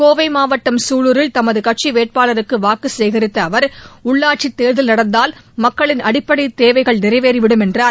கோவை மாவட்டம் சூலூரில் தமது கட்சி வேட்பாளருக்கு வாக்கு சேரித்த அவர் உள்ளாட்சி தேர்தல் நடந்தால் மக்களின் அடிப்படை தேவைகளி நிறைவேறிவிடும் என்றார்